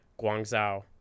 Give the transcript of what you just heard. Guangzhou